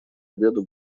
обеда